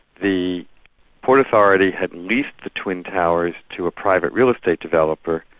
the port authority had leased the twin towers to a private real estate developer,